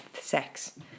sex